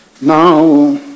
Now